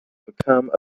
become